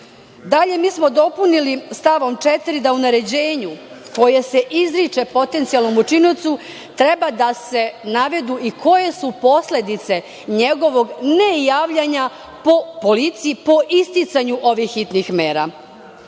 mi smo dopunili stavom 4. da u naređenju koje se izriče potencijalnom učiniocu treba da se navedu i koje su posledice njegovog ne javljanja policiji po isticanju ovih hitnih mera. Jer,